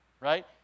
right